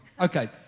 Okay